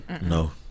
no